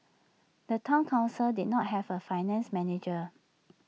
the Town Council did not have A finance manager